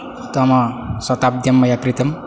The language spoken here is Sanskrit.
तम शताब्द्यां मया क्रीतं